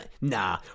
nah